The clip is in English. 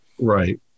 Right